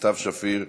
סתיו שפיר,